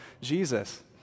Jesus